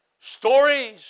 Stories